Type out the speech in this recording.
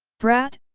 brat,